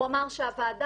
הוא אמר שהוועדה,